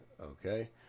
okay